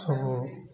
ସବୁ